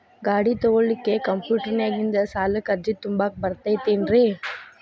ಗಾಡಿ ತೊಗೋಳಿಕ್ಕೆ ಕಂಪ್ಯೂಟೆರ್ನ್ಯಾಗಿಂದ ಸಾಲಕ್ಕ್ ಅರ್ಜಿ ತುಂಬಾಕ ಬರತೈತೇನ್ರೇ?